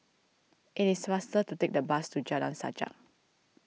it is faster to take the bus to Jalan Sajak